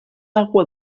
agua